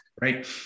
right